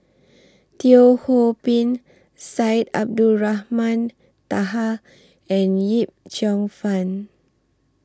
Teo Ho Pin Syed Abdulrahman Taha and Yip Cheong Fun